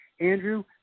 andrew